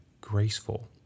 graceful